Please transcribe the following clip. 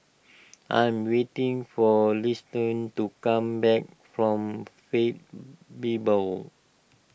I am waiting for Liston to come back from Faith Bible